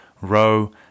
row